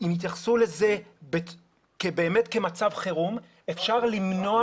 אם יתייחסו לזה באמת כאל מצב חירום, אפשר למנוע